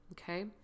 Okay